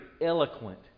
eloquent